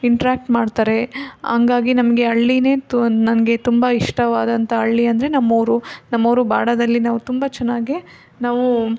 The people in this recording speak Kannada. ಇಂಟ್ರ್ಯಾಕ್ಟ್ ಮಾಡ್ತಾರೆ ಹಂಗಾಗಿ ನಮಗೆ ಹಳ್ಳಿನೇ ನನಗೆ ತುಂಬ ಇಷ್ಟವಾದಂಥ ಹಳ್ಳಿ ಅಂದರೆ ನಮ್ಮ ಊರು ನಮ್ಮ ಊರು ಬಾಡದಲ್ಲಿ ನಾವು ತುಂಬ ಚೆನ್ನಾಗೇ ನಾವು